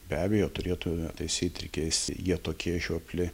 be abejo turėtume taisyti keisti jie tokie žiopli